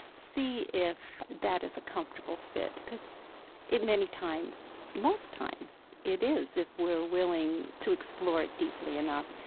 see if that is a comfortable fit. because it many times most times it is, if we're willing to explore it deeply enough,